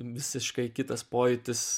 visiškai kitas pojūtis